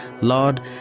Lord